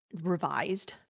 revised